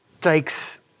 takes